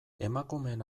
emakumeen